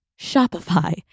Shopify